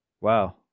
Wow